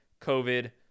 COVID